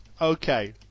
Okay